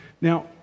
Now